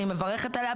אני מברכת עליה,